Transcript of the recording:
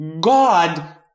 God